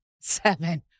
Seven